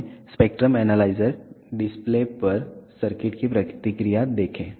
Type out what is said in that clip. हमें spectrum analyzer display पर इस सर्किट की प्रतिक्रिया देखें